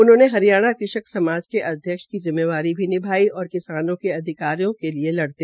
उन्होंने हरियाणा कृषक समाज के अध्यक्ष की जिम्मेदारी भी निभाई और किसानों के अधिकारों के लिये लड़े